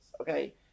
okay